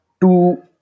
two